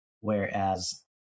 whereas